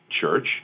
church